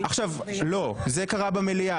לא, זה קרה במליאה.